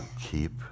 keep